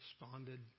responded